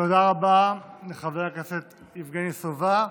תודה רבה לחבר הכנסת יבגני סובה.